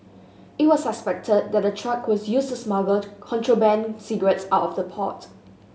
it was suspected that the truck was used to smuggle contraband cigarettes out of the port